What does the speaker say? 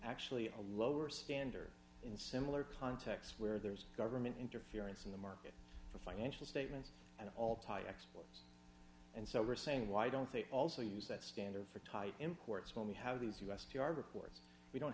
actually a lower standard in similar contexts where there's government interference in the market for financial statements and all tie exports and so we're saying why don't they also use that standard for tight imports when we have these u